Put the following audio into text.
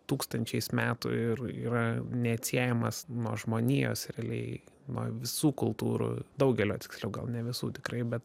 tūkstančiais metų ir yra neatsiejamas nuo žmonijos realiai nuo visų kultūrų daugelio tiksliau gal ne visų tikrai bet